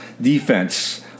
defense